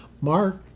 Mark